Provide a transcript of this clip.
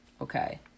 Okay